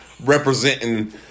Representing